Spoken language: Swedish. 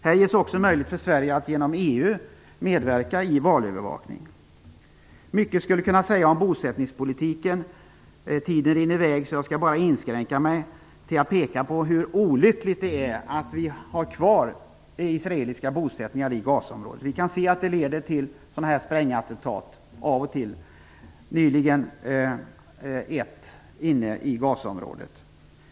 Här ges också möjlighet för Sverige att genom EU medverka i valövervakningen. Mycket skulle kunna sägas om bosättningspolitiken. Tiden rinner i väg, så jag skall inskränka mig till att peka på hur olyckligt det är att man har kvar israeliska bosättningar i Gazaområdet. Vi kan se att det leder till sprängattentat av och till. Det skedde nyligen inne i Gazaområdet.